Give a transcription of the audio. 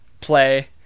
play